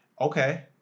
okay